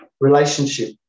relationship